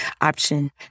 option